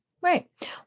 Right